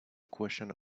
equation